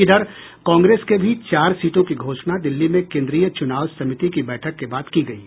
इधर कांग्रेस के भी चार सीटों की घोषणा दिल्ली में केन्द्रीय चुनाव समिति की बैठक के बाद की गयी